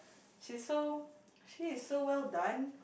she's so she is so well done